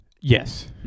Yes